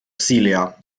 celia